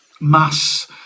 mass